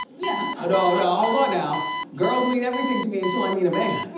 yeah ah no, no, hold on now. girls mean everything to me until i meet a man.